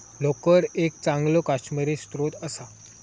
लोकर एक चांगलो काश्मिरी स्त्रोत असा